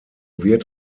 wird